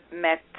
met